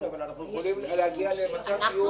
כן, אבל אנחנו יכולים להגיע למצב שיהיו